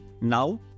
Now